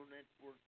Network